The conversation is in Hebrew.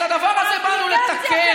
את הדבר הזה באנו לתקן.